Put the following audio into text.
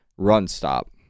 run-stop